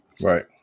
Right